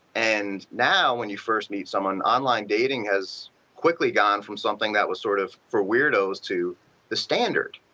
and now when you first meet someone, online dating has quickly gone from something that was sort of for weirdoes to the standard.